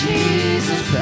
Jesus